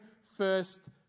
first